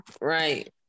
Right